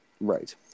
Right